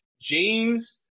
James